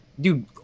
Dude